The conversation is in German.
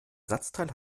ersatzteil